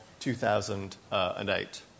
2008